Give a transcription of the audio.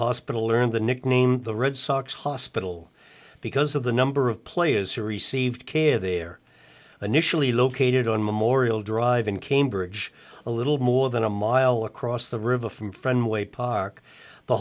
hospital earned the nickname the red sox hospital because of the number of players who received care there initially located on memorial drive in cambridge a little more than a mile across the river from friend way park the